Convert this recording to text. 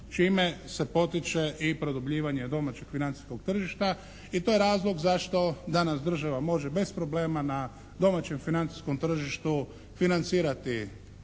čime se potiče i produbljivanje domaćeg financijskog tržišta i to je razlog zašto danas država može bez problema na domaćem financijskom tržištu financirati